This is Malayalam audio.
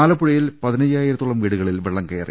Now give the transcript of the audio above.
ആലപ്പുഴയിൽ പതിനയ്യായിരത്തോളം വീടുകളിൽ വെള്ളംകയറി